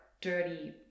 dirty